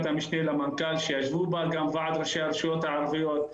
המשנה למנכ"ל שישבו בה ועד ראשי הרשויות הערביות,